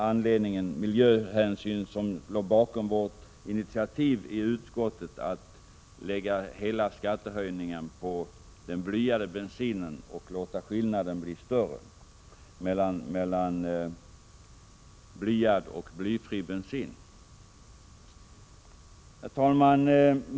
Det var också miljöhänsyn som låg bakom vårt initiativ i utskottet att man skulle lägga hela skattehöjningen på den blyade bensinen och låta prisskillnaden bli större mellan blyad och blyfri bensin. Herr talman!